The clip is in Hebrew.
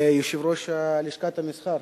ליושב-ראש לשכת המסחר